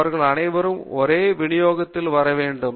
அவர்கள் அனைவருக்கும் ஒரே விநியோகத்தில் வர வேண்டும்